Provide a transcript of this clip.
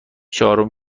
چهارم